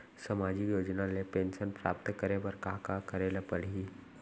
सामाजिक योजना ले पेंशन प्राप्त करे बर का का करे ल पड़ही?